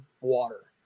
water